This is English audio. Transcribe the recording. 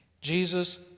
Jesus